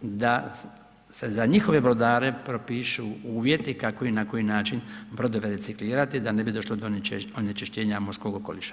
da se za njihove brodare propišu uvjeti kako i na koji način brodove reciklirati da ne bi došlo do onečišćenja morskog okoliša.